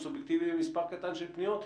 הוא סובייקטיבי ממספר קטן של פניות,